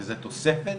וזה תוספת